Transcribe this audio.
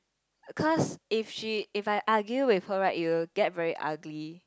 cause if she if I argue with her right it will get very ugly